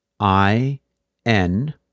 I-N